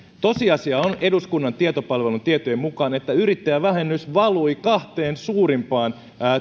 tosiasia on eduskunnan tietopalvelun tietojen mukaan että yrittäjävähennys valui kahteen suurimpaan